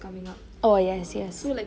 oh yes yes